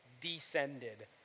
descended